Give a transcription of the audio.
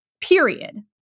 period